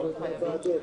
לוועדות.